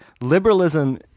Liberalism